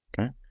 Okay